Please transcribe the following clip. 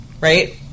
Right